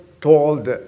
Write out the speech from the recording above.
told